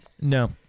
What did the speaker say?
No